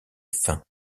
faim